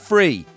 free